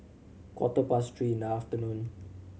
quarter past three in the afternoon